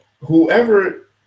whoever